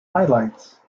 highlights